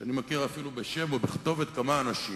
שאני מכיר אפילו בשם ובכתובת כמה אנשים